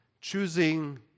choosing